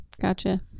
Gotcha